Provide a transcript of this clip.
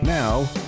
Now